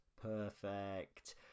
Perfect